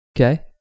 okay